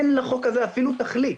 אין לחוק הזה אפילו תכלית,